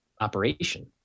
operation